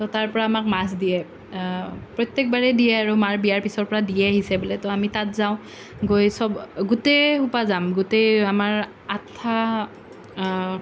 তো তাৰ পৰা আমাক মাছ দিয়ে প্ৰত্যেকবাৰেই দিয়ে আৰু মাৰ বিয়াৰ পিছৰ পৰা দিয়ে আহিছে বোলে তো আমি তাত যাওঁ গৈ সব গোটেইসোপা যাম গোটেই আমাৰ আঠটা